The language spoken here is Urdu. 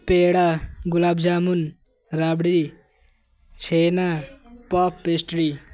پیڑا گلاب جامن ربڑی چھینا پوپ پیسٹری